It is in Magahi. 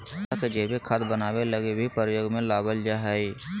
पौधा के जैविक खाद बनाबै लगी भी प्रयोग में लबाल जा हइ